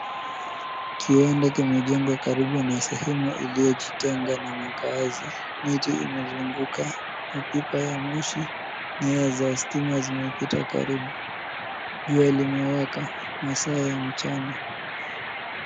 Kiwanda kimejengwa karibu na sehemu iliyojitenga na makaazi. Miti imezunguka mapipa ya moshi, nyaya za stima zimepita karibu, jua limewaka, masaa ya mchana.